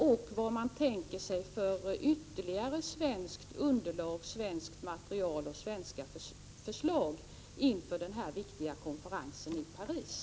Vilket svenskt material och vilka svenska förslag tänker man ta fram inför den viktiga konferensen i Paris?